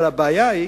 אבל הבעיה היא